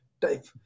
type